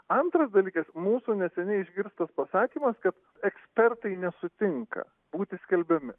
antras dalykas mūsų neseniai išgirstas pasakymas kad ekspertai nesutinka būti skelbiami